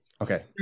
Okay